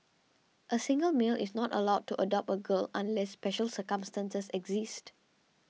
a single male is not allowed to adopt a girl unless special circumstances exist